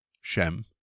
Shem